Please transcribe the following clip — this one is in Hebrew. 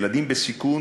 ילדים בסיכון,